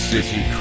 City